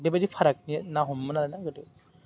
बेबायदि फारागनि ना हमोमोन आरो ना गोदो